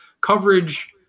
coverage